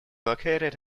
located